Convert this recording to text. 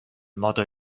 modo